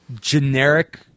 generic